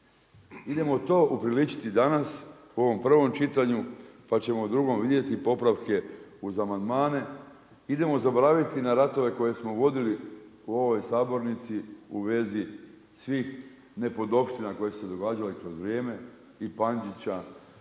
Idemo tu upriličiti danas, u ovom prvom čitanju, pa ćemo u drugom vidjeti popravke uz amandmane, idemo zaboraviti na ratove koje smo vodili u ovoj sabornici, u vezi svih nepodopština koje su se događale kroz vrijeme i Pandžića